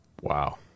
Wow